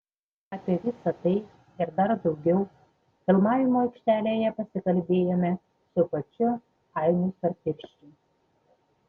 apie visa tai ir dar daugiau filmavimo aikštelėje pasikalbėjome su pačiu ainiu storpirščiu